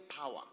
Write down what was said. power